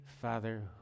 father